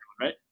Right